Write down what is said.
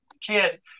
kid